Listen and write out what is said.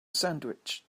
sandwich